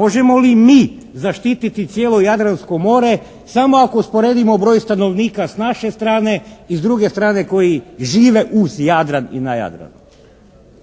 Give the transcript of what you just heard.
Možemo li mi zaštititi cijelo Jadransko more samo ako usporedimo broj stanovnika s naše strane i s druge strane koji žive uz Jadran i na Jadranu?